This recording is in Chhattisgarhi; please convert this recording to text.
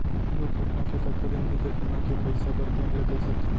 दुर्घटना के कतका दिन भीतर बीमा के पइसा बर बैंक ल कई सकथन?